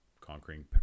Conquering